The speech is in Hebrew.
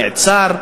נעצר?